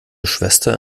schwester